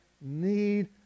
need